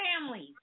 families